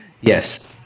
Yes